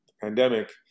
pandemic